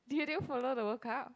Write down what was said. did you did you follow the workout